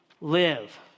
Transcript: live